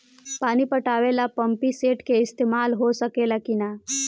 पानी पटावे ल पामपी सेट के ईसतमाल हो सकेला कि ना?